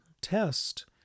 test